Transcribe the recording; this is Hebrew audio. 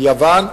מיוון,